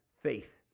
faith